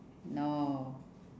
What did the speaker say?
no